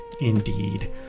indeed